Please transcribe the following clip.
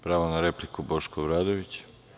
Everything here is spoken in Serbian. Pravo na repliku Boško Obradović.